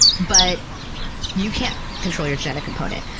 but you can't control your genetic component.